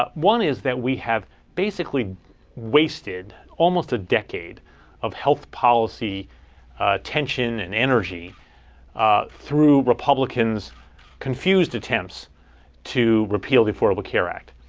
ah one is that we have basically wasted almost a decade of health policy tension and energy through republicans' confused attempts to repeal the affordable care act.